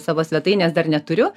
savo svetainės dar neturiu